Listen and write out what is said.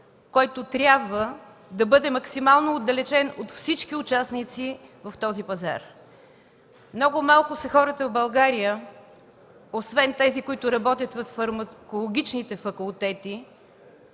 който трябва да бъде максимално отдалечен от всички участници в този пазар. Много малко са хората в България, освен онези, които работят във фармакологичните факултети,